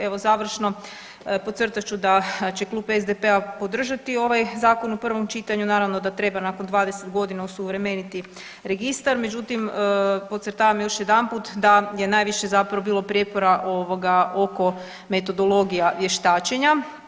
Evo završno podcrtat ću da će klub SDP-a podržati ovaj zakon u prvom čitanju, naravno da treba nakon 20 godina osuvremeniti registar, međutim podcrtavam još jedanput da je najviše bilo prijepora oko metodologija vještačenja.